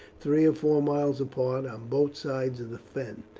three or four miles apart, on both sides of the fen.